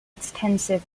extensive